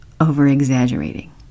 over-exaggerating